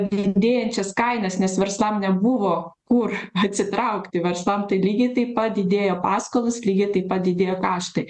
didėjančias kainas nes verslam nebuvo kur atsitraukti verslam tai lygiai taip pat didėjo paskolos lygiai taip pat didėjo kaštai